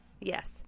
Yes